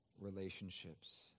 relationships